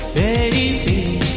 a